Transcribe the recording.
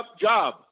job